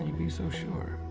be so sure?